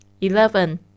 Eleven